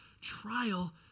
trial